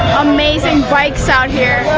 amazing bikes out here.